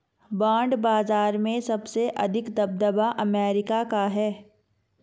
bond बाजार में सबसे अधिक दबदबा अमेरिका का है